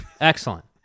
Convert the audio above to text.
Excellent